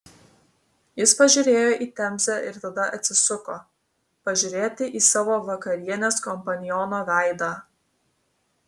jis pažiūrėjo į temzę ir tada atsisuko pažiūrėti į savo vakarienės kompaniono veidą